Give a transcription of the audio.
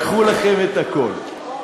לקחו לכם את הכול.